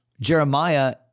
Jeremiah